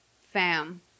fam